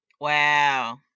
Wow